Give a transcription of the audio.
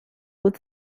with